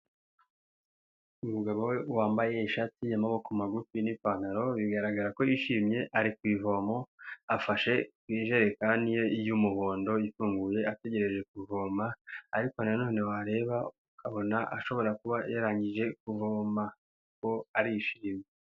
Umugabo wambaye ishati y'amaboko magufi n'ipantaro bigaragara ko yishimye ari ku ivomo, afashe ku ijerekani ye y'umuhondo ifunguye ategereje kuvoma ariko na none wareba ukabona ashobora kuba yarangije kuvoma kuko arishimye.